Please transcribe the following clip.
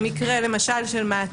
במקרה של מעצר,